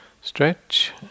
stretch